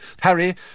Harry